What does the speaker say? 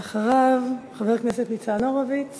אחריו, חבר הכנסת ניצן הורוביץ